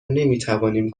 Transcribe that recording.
نمیتوانیم